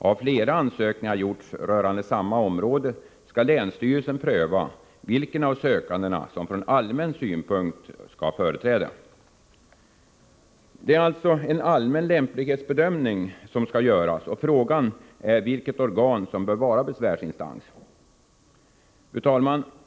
Har flera ansökningar gjorts rörande samma område skall länsstyrelsen pröva vilken av sökandena som från allmän synpunkt bör ha företräde.” Det är alltså en allmän lämplighetsbedömning som skall göras, och frågan är vilket organ som bör vara besvärsinstans. Fru talman!